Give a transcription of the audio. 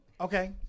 okay